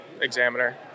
examiner